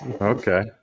Okay